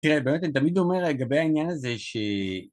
תראה באמת אני תמיד אומר לגבי העניין הזה ש...